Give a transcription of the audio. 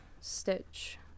stitch